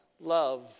love